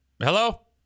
Hello